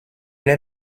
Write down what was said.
est